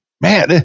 man